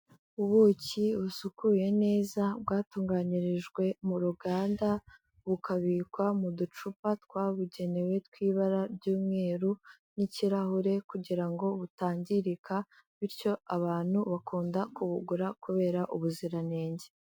Ubuki busukuye neza bwatunganyirijwe mu ruganda, bukabikwa mu ducupa twabugenewe tw'ibara ry'umweru n'ikirahure, kugira ngo butangirika, bityo abantu bakunda kubugura kubera ubuziranenge.